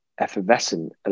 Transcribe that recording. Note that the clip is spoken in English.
effervescent